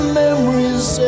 memories